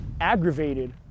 aggravated